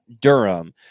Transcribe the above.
Durham